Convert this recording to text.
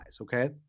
okay